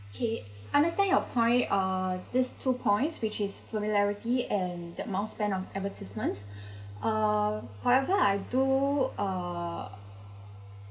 okay understand your point uh these two points which is familiarity and the amount spend on advertisements uh however I do uh